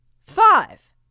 Five